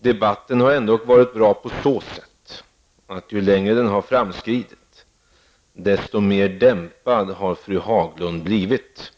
Debatten har ändå varit bra på så sätt, att ju längre den har framskridit desto mer dämpad har fru Haglund blivit.